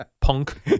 punk